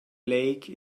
lake